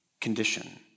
condition